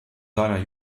seiner